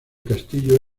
castillo